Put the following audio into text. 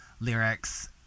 lyrics